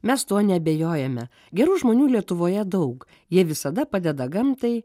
mes tuo neabejojame gerų žmonių lietuvoje daug jie visada padeda gamtai